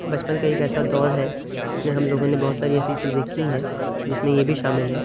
بچپن کا ایک ایسا دور ہے جس میں ہم لوگوں نے بہت ساری ایسی چیزیں کی ہیں جس میں یہ بھی شامل ہے